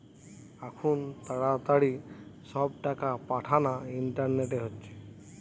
আখুন তাড়াতাড়ি সব টাকা পাঠানা ইন্টারনেটে হচ্ছে